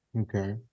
okay